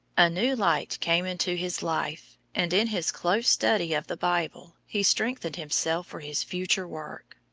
a new light came into his life, and in his close study of the bible he strengthened himself for his future work.